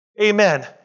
Amen